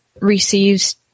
receives